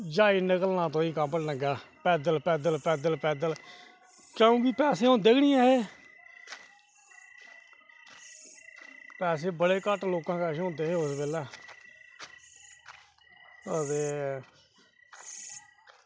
जाई निकला तुआहीं कैम्बल डंगै पैदल पैदल पैदल पैदल क्योंकि पैसे होंदे निं हे पैसे बड़े घट्ट लोकें कश होंदे हे उस बेल्लै अ ते